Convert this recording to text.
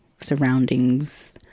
surroundings